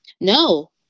No